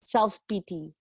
Self-pity